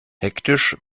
hektisch